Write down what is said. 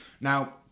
Now